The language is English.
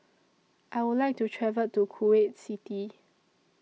I Would like to travel to Kuwait City